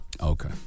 Okay